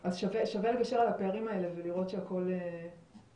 אז שווה לגשר על הפערים האלה ולראות שהכול מסתדר.